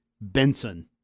Benson